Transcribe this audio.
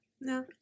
No